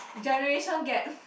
generation gap